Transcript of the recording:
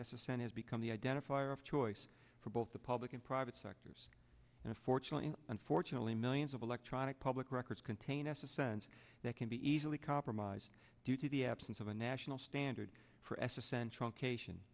assent is become the identifier of choice for both the public and private sectors and fortunately unfortunately millions of electronic public records contain s a sense that can be easily compromised due to the absence of a national standard for s a central cation